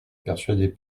persuadait